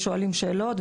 שואלים שאלות,